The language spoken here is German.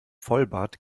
vollbart